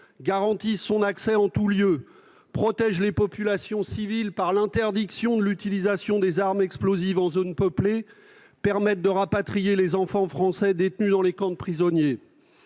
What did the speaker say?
garantisse son accès en tout lieu, qui protège les populations civiles par l'interdiction de l'utilisation des armes explosives en zones peuplées, qui permette de rapatrier les enfants français détenus dans les camps de prisonniers